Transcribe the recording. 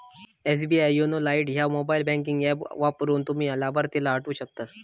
SBI YONO lite ह्या mobile banking app वापरून, तुम्ही लाभार्थीला हटवू शकतास